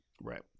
Right